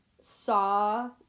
saw